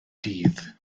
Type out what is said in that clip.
dydd